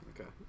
Okay